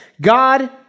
God